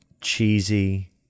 cheesy